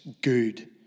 good